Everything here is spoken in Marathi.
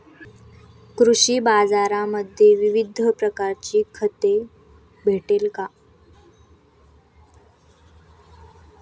कृषी बाजारांमध्ये विविध प्रकारची खते भेटेल का?